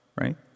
right